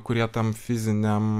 kurie tam fiziniam